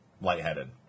lightheaded